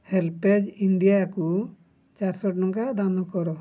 HelpAge ଇଣ୍ଡିଆକୁ ଚାରିଶହ ଟଙ୍କା ଦାନ କର